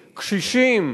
קשישים,